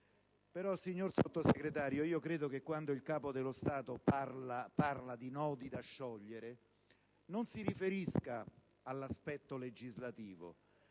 signor Sottosegretario, credo che quando il Capo dello Stato parla di nodi da sciogliere non si riferisca all'aspetto legislativo,